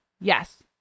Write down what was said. Yes